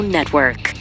Network